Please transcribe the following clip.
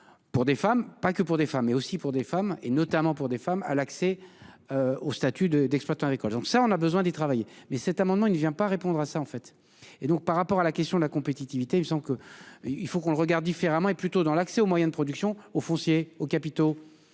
Pour des femmes, pas que pour des femmes et aussi pour des femmes et notamment pour des femmes à l'accès. Au statut de d'exploitants agricoles, donc ça on a besoin d'y travailler. Mais cet amendement il ne vient pas répondre à ça en fait et donc par rapport à la question de la compétitivité. Disons que il faut qu'on le regarde différemment et plutôt dans l'accès aux moyens de production au foncier aux capitaux